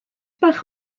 bach